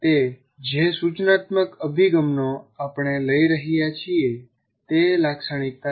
તે જે સૂચનાત્મક અભિગમનો આપણે લઈ રહ્યા છીએ તે લાક્ષણિકતા છે